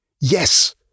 Yes